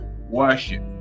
worship